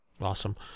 Awesome